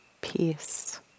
peace